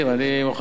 אני מוכן,